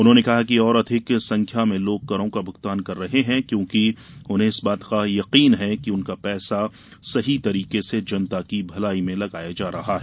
उन्होंने कहा कि और अधिक संख्याण में लोग करों का भुगतान कर रहे हैं क्योंकि उन्हें इस बात पर यकीन है कि उनका पैसा सही तरीके से जनता की भलाई में लगाया जा रहा है